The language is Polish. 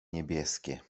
niebieskie